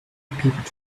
people